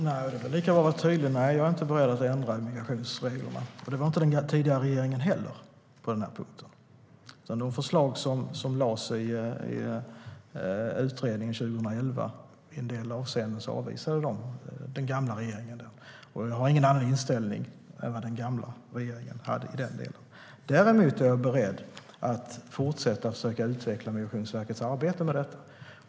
Herr talman! Det är lika bra att jag är tydlig: Nej, jag är inte beredd att ändra i migrationsreglerna. Det var inte den tidigare regeringen heller på denna punkt. Den gamla regeringen avvisade en del av de förslag som lades fram i utredningen 2011. Jag har ingen annan inställning än den gamla regeringen hade i den delen. Däremot är jag beredd att fortsätta att försöka utveckla Migrationsverkets arbete med detta.